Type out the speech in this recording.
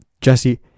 jesse